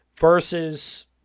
versus